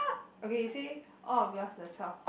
okay you say all of yours the twelve